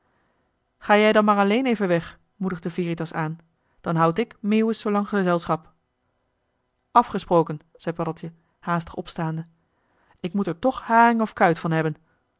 ga jij dan maar alleen even weg moedigde veritas aan dan houd ik meeuwis zoolang gezelschap afgesproken zei paddeltje haastig opstaande ik moet er toch haring of kuit van hebben